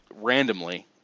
randomly